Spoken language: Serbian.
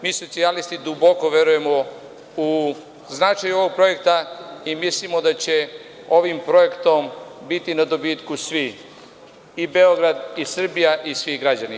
Mi socijalisti duboko verujemo u značaj ovog projekta i mislimo da će ovim projektom biti na dobitku svi, i Beograd i Srbija i svi građani.